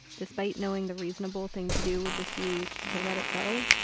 despite knowing the reasonable thing to do would just be to let it go,